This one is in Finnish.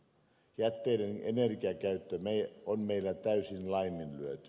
jätteiden energiakäyttö on meillä täysin laiminlyöty